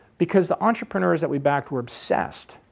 because the entrepreneurs that we backed were obsessed,